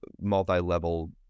multi-level